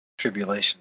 tribulation